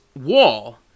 wall